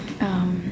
um